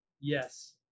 Yes